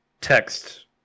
text